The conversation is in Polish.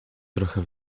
trochę